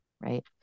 right